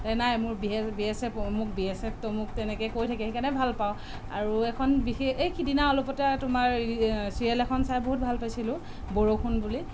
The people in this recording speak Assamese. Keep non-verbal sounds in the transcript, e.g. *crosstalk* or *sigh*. এই নাই মোৰ বিএ বি এছ এফ অমুক বি এছ এফ তমুক তেনেকে কৈ থাকে সেই কাৰণে ভাল পাওঁ আৰু এখন বিশেষ এই সিদিনা অলপতে তোমাৰ *unintelligible* চিৰিয়েল এখন চাই বহুত ভাল পাইছিলোঁ বৰষুণ বুলি